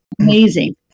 Amazing